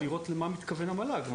כדי לראות למה מתכוון המל"ג.